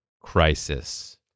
crisis